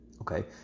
okay